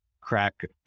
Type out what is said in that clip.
crack